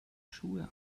schuhe